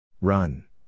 Run